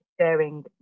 sharing